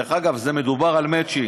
דרך אגב, מדובר על מצ'ינג.